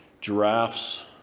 giraffes